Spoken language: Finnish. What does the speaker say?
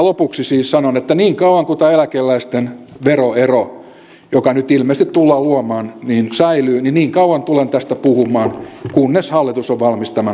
lopuksi siis sanon että niin kauan kuin tämä eläkeläisten veroero joka nyt ilmeisesti tullaan luomaan säilyy niin kauan tulen tästä puhumaan kunnes hallitus on valmis tämän korjaamaan